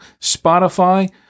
Spotify